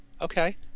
Okay